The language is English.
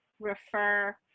refer